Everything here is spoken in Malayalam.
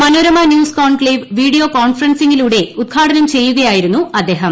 മനോരമ ന്യൂസ് കോൺക്ളേവ് വീഡിയോ കോൺഫറൻസിംഗിലൂടെ ഉദ്ഘാടനം ചെയ്യുകയായിരുന്നു അദ്ദേഹം